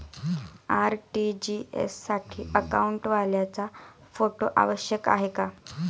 RTGS साठी अकाउंटवाल्याचा photo आवश्यक आहे का?